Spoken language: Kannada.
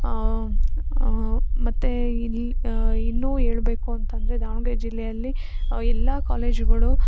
ಮತ್ತು ಇಲ್ಲಿ ಇನ್ನೂ ಹೇಳ್ಬೇಕು ಅಂತ ಅಂದರೆ ದಾವಣಗೆರೆ ಜಿಲ್ಲೆಯಲ್ಲಿ ಎಲ್ಲ ಕಾಲೇಜುಗಳು